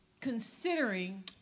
considering